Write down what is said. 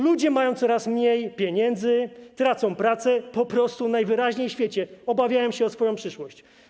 Ludzie mają coraz mniej pieniędzy, tracą pracę, po prostu najwyraźniej w świecie obawiają się o swoją przyszłość.